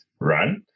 run